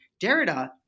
Derrida